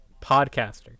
podcaster